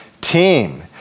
team